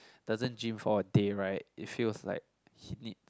doesn't gym for a day right it feels like he needs